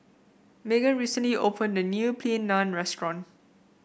Maegan recently opened a new Plain Naan Restaurant